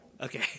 Okay